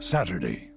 Saturday